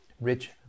rich